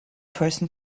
person